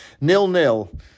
nil-nil